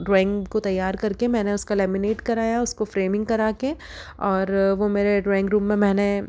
drawing को तैयार करके मैंने उसका लैमिनेट कराया उसको फ्रेमिंग करा के और वो मेरे ड्राइंग रूम में मैंने